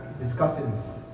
discusses